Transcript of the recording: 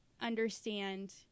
understand